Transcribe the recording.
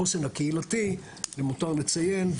החוסן הקהילתי, מיותר לציין.